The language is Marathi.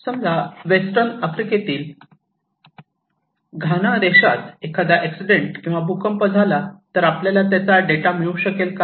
समजा वेस्टर्न आफ्रिकेतील घाणा देशात एखादा एक्सीडेंट किंवा भूकंप झाला तर आपल्याला त्याचा डेटा मिळू शकेल काय